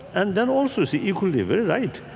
and then also is equally their right.